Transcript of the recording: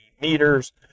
meters